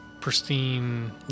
pristine